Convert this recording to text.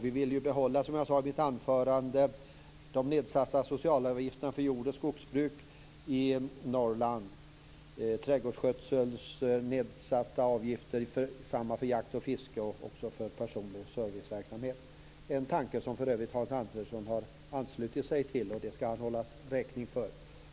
Vi vill, som jag sade i mitt anförande, behålla de nedsatta socialavgifterna i Norrland för jord och skogsbruk, trädgårdsskötsel, jakt och fiske samt annan personlig serviceverksamhet. Det är för övrigt en tanke som Hans Andersson har anslutit sig till, och det skall han hållas räkning för.